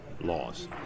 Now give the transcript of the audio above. laws